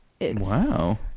Wow